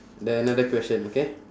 then another question okay